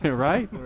yeah right?